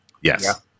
Yes